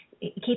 Keep